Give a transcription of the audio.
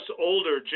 older